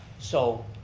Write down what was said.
so